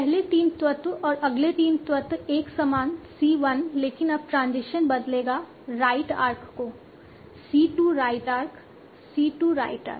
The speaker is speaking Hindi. पहले तीन तत्व और अगले तीन तत्व एक समान c 1 लेकिन अब ट्रांजिशन बदलेगा राइट आर्क को c 2 right arc c 2 right arc